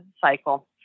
cycle